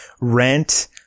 rent